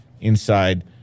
Inside